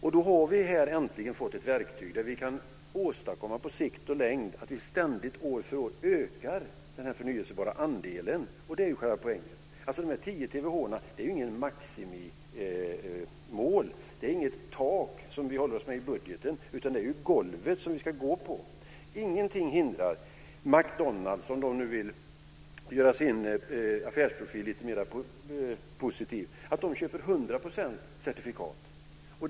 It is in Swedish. Här har vi äntligen fått ett verktyg för att på sikt åstadkomma att vi ökar den förnyelsebara andelen år från år. Det är ju själva poängen. Dessa 10 terawattimmar är ju inget maximimål. De utgör inget tak i budgeten utan de är golvet som vi ska gå på. Det finns inget som hindrar t.ex. McDonalds - om de vill göra sin affärsprofil lite mer positiv - från att köpa 100 % certifierad el.